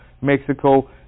Mexico